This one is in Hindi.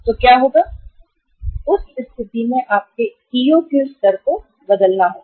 तो उस स्थिति में क्या होगा जब आपके EOQ स्तर को बदलना होगा